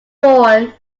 born